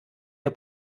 der